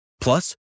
Plus